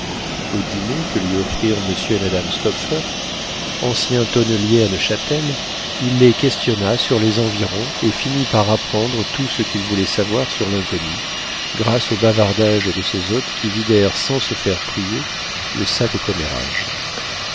au dîner que lui offrirent monsieur et madame stopfer anciens tonneliers à neufchâtel il les questionna sur les environs et finit par apprendre tout ce qu'il voulait savoir sur l'inconnue grâce au bavardage de ses hôtes qui vidèrent sans se faire prier le sac aux commérages